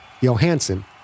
Johansson